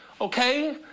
Okay